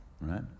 Right